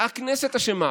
הכנסת אשמה.